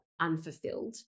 unfulfilled